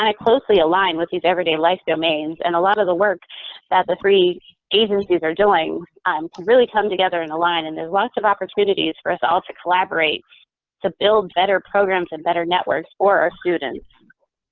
closely aligned with these everyday life domains and a lot of the work that the three agencies are doing um to really come together and align and there's lots of opportunities for us all to collaborate to build better programs and better networks for our students.